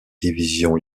division